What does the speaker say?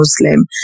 Muslim